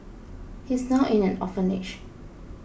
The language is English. he's now in an orphanage